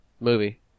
movie